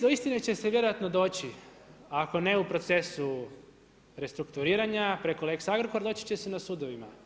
Do istine će se vjerojatno doći, ako ne u procesu restrukturiranja, preko lex-Agrokor, doći će se na sudovima.